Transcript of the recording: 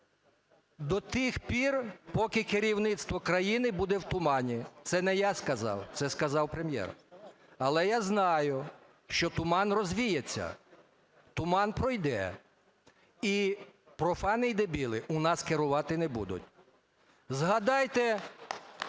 До тих пір, поки керівництво країни буде в тумані. Це не я сказав, це сказав Прем'єр. Але я знаю, що туман розвіється, туман пройде, і профани, і дебіли у нас керувати не будуть. Згадайте